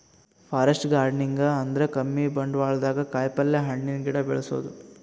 forest gardening ಅಂದ್ರ ಕಮ್ಮಿ ಬಂಡ್ವಾಳ್ದಾಗ್ ಕಾಯಿಪಲ್ಯ, ಹಣ್ಣಿನ್ ಗಿಡ ಬೆಳಸದು